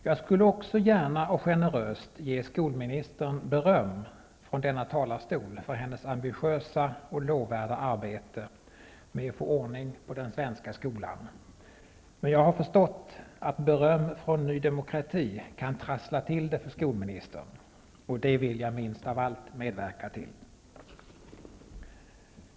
Jag skulle också gärna och generöst ge skolministern beröm från denna talarstol för hennes ambitiösa och lovvärda arbete med att få ordning på den svenska skolan. Men jag har förstått att beröm från Ny demokrati kan trassla till det för skolministern, och det vill jag minst av allt medverka till.